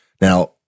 Now